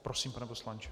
Prosím, pane poslanče.